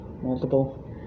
Multiple